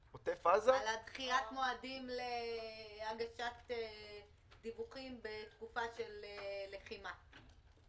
דחיית מועדים להגשת דיווחים בתקופה של לחימה?